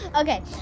Okay